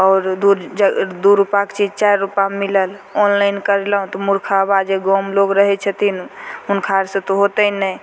आओर दुइ दुइ रुपाके चीज चारि रुपामे मिलल ऑनलाइन करेलहुँ तऽ मुरखहबा जे गाममे लोक रहै छथिन हुनका आओरसे तऽ हेतनि नहि